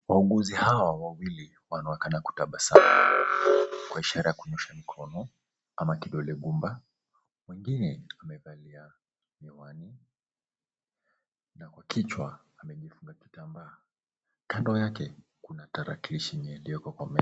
Wauguzi hawa wawili wanaonekana kutabasamu kwa ishara ya kunyoosha mkono ama kidole gumba, mwengine amevalia miwani na kwa kichwa amejifunga kitambaa. Kando yake kuna tarakilishi yenye ilioko kwa meza.